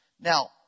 Now